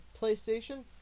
PlayStation